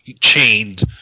chained